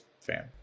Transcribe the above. fan